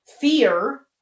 fear